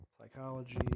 psychology